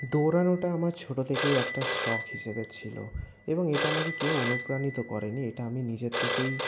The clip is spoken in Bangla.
দৌড়ানোটা আমার ছোট থেকেই একটা শখ হিসেবে ছিল এবং এটা আমাকে কেউ অনুপ্রাণিত করেনি এটা আমি নিজের থেকেই